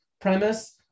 premise